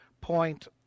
point